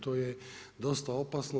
To je dosta opasno.